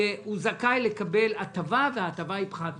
הוא זכאי לקבל הטבה, וההטבה היא פחת מואץ.